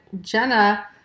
Jenna